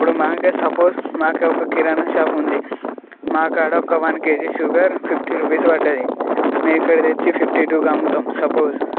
ఇప్పుడు మాకు సపోజ్ మాకు ఒక్క కిరాణ షాప్ ఉంది మాకు ఆడ ఒక వన్ కేజీ షుగర్ ఒక ఫిఫ్టీ రూపీస్ పడ్డది మేము ఇక్కడికి తెచ్చి ఫిఫ్టీ టూకి అమ్ముతాం సపోజ్